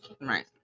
Right